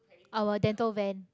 our dental van